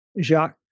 Jacques